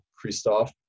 Christophe